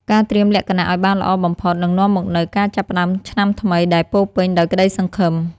ការត្រៀមលក្ខណៈឱ្យបានល្អបំផុតនឹងនាំមកនូវការចាប់ផ្តើមឆ្នាំថ្មីដែលពោរពេញដោយក្តីសង្ឃឹម។